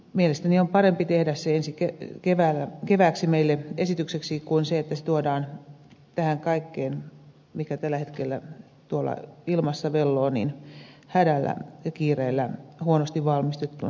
mielestäni on parempi tehdä se meille esitykseksi ensi kevääksi kuin niin että se tuodaan tähän kaikkeen mikä tällä hetkellä tuolla ilmassa velloo hädällä ja kiireellä huonosti valmisteltuna